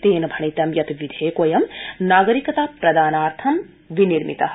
तेन भणितं यत् विधेयकोऽयं नागरिकता प्रदानार्थं विनिर्मितः